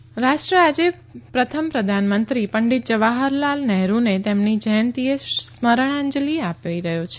PM Nehru રાષ્ટ્ર આજે પ્રથમ પ્રધાનમંત્રી પંડિત જવાહરલાલ નહેરુને તેમની જયંતીએ સ્મરણાંજલિ આપી રહ્યો છે